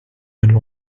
and